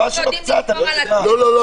אנחנו יודעים לשמור על עצמנו.